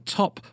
top